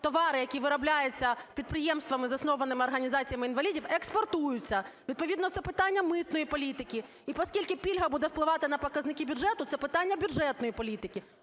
товари, які виробляються підприємствами, заснованими організаціями інвалідів, експортуються, відповідно це питання митної політики. І оскільки пільга буде впливати на показники бюджету - це питання бюджетної політики.